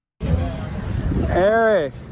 Eric